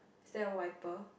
is there a wiper